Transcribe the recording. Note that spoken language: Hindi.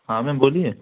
हाँ मैम बोलिए